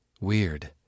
Weird